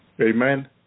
Amen